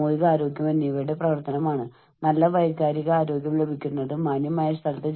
മാനസികാരോഗ്യത്തെക്കുറിച്ച് സംസാരിക്കുമ്പോൾ നമ്മൾ ഭ്രാന്തന്മാരെയാണ് പരാമർശിക്കുന്നത് എന്ന് നമ്മൾ കരുതുന്നു